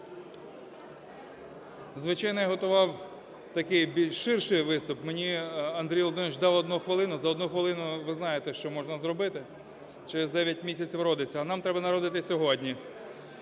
Звичайно, я готував такий, більш ширший виступ. Мені Андрій Володимирович дав 1 хвилину. За 1 хвилину, ви знаєте, що можна зробити – через 9 місяців родиться. А нам треба народити сьогодні.